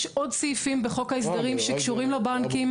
יש עוד סעיפים בחוק ההסדרים שקשורים לבנקים.